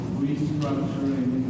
restructuring